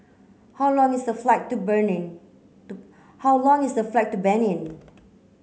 how long is the flight to Benin how long is the flight to Benin